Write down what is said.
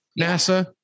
NASA